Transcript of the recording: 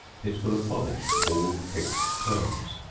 it will abolish all fixed terms.